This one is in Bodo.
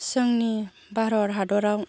जोंनि भारत हादराव